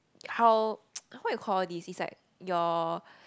how what you call all these it's like your